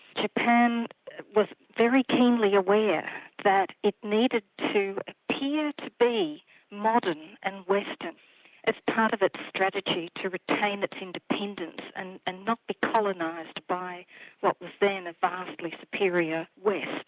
japan was very keenly aware that it needed to appear to be modern and western as part of its strategy to retain its independence and ah not be colonised by what was then a vastly superior west.